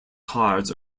cards